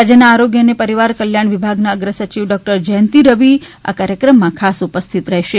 રાજ્યના આરોગ્ય અને પરિવાર કલ્યાણ વિભાગના અગ્રસચિવ ડોકટર જયંતિ રવિ કાર્યક્રમમાં ખાસ ઉપસ્થિત રહેશે